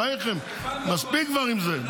בחייכם, מספיק כבר עם זה.